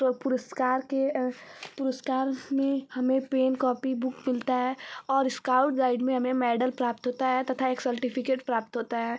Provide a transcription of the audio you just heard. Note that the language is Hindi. तो पुरस्कार के पुरस्कार में हमें पेन कॉपी बुक मिलता है और इस्काउट गाइड में हमें मेडल प्राप्त होता है तथा एक सर्टिफ़िकेट प्राप्त होता है